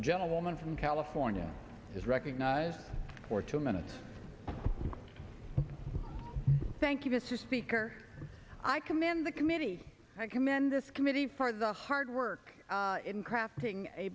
the gentleman from california is recognized for two minutes thank you mr speaker i commend the committee i commend this committee for the hard work in crafting a